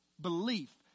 belief